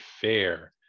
fair